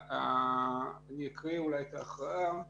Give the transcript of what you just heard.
אני אקריא את ההכרעה: